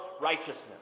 righteousness